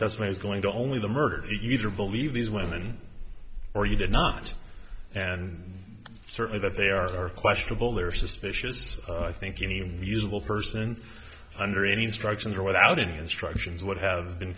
testimonies going to only the murder either believe these women or you did not and certainly that they are questionable they're suspicious i think any reasonable person under any instructions or without any instructions would have been